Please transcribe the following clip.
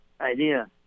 idea